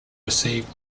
received